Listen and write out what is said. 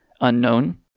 Unknown